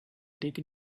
taken